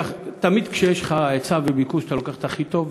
תמיד כשיש לך היצע וביקוש אתה לוקח את הכי טוב,